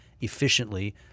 efficiently